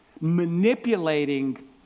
manipulating